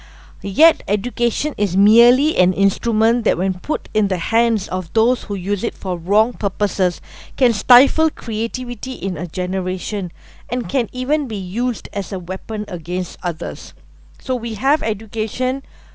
yet education is merely an instrument that when put in the hands of those who use it for wrong purposes can stifle creativity in a generation and can even be used as a weapon against others so we have education